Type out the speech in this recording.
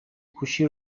گوشی